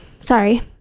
sorry